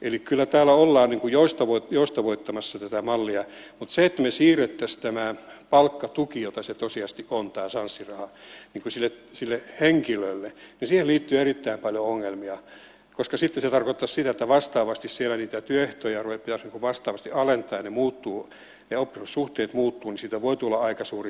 eli kyllä täällä ollaan joustavoittamassa tätä mallia mutta siihen että me siirtäisimme palkkatuen jota se tosiasiallisesti on tämä sanssi raha sille henkilölle liittyy erittäin paljon ongelmia koska sitten se tarkoittaisi sitä että vastaavasti siellä niitä työehtoja ruvettaisiin vastaavasti alentamaan ja ne oppisopimussuhteet muuttuvat ja siitä voi tulla aika suuri sotku